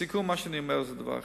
לסיכום, מה שאני אומר זה דבר אחד: